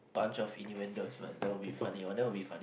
bunch of innuendoes man that will be funny that will be funny